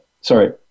sorry